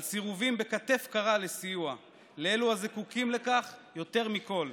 על סירובים בכתף קרה לסייע לאלו הזקוקים לכך יותר מכול,